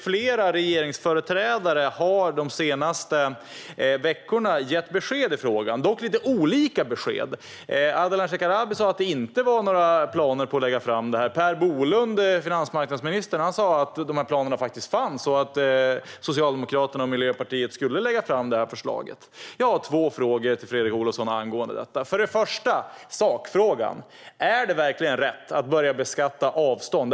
Flera regeringsföreträdare har de senaste veckorna gett besked i frågan, dock lite olika besked. Ardalan Shekarabi sa att det inte fanns några planer på att lägga fram ett sådant förslag. Per Bolund, finansmarknadsministern, sa att dessa planer faktiskt fanns och att Socialdemokraterna och Miljöpartiet skulle lägga fram detta förslag. Jag har två frågor till Fredrik Olovsson angående detta. Den första frågan gäller sakfrågan: Är det verkligen rätt att börja beskatta avstånd?